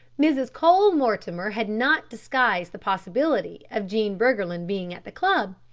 mrs. cole-mortimer had not disguised the possibility of jean briggerland being at the club,